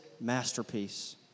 masterpiece